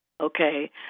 okay